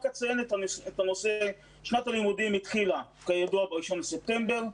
אציין ששנת הלימודים התחילה ב-1 בספטמבר.